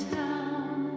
town